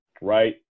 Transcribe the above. right